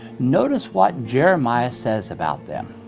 notice what jeremiah says about them.